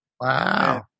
Wow